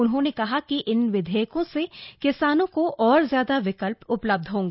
उन्होंने कहा कि इन विधेयकों से किसानों को और ज्यादा विकल्प उपलब्ध होंगे